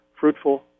fruitful